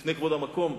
מפני כבוד המקום,